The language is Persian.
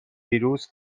ویروس